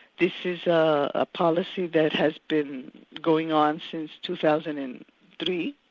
this is a policy that has been going on since two thousand and three.